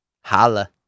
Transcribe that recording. Holla